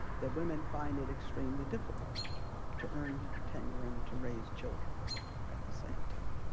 that women find it extremely difficult to earn tenure and to raise children at the same time.